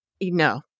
No